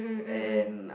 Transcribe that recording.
and